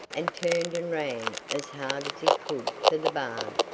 and turned and ran as hard as he could for the barn,